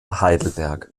heidelberg